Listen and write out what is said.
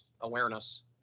awareness